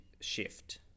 shift